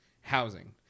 housing